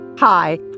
Hi